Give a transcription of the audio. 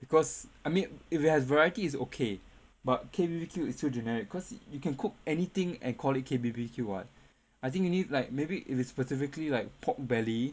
because I mean if you have variety is okay but K_B_B_Q is too generic because you can cook anything and call it K_B_B_Q what I think you need like maybe if it's specifically like pork belly